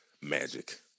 magic